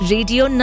Radio